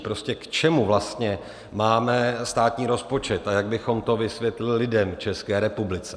Prostě k čemu vlastně máme státní rozpočet a jak bychom to vysvětlili lidem v České republice?